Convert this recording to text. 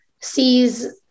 sees